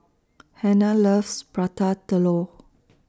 Hanna loves Prata Telur